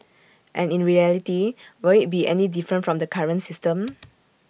and in reality will IT be any different from the current system